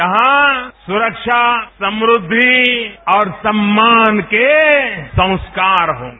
जहां सुरक्षा समृद्धि और सम्मान के संस्कार होगे